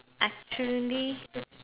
actually